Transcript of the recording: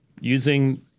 using